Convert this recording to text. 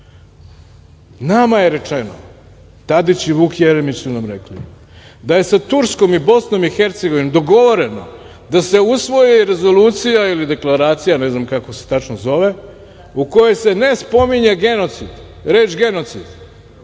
nama je rečeno, Tadić i Vuk Jeremić su nam rekli da je sa Turskom i Bosnom i Hercegovinom, dogovoreno da se usvoji rezolucija ili deklaracija ne znam kako se tačno zove? U kojoj se ne spominje genocid